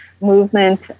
movement